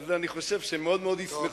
על זה אני חושב שהם מאוד מאוד ישמחו,